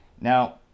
Now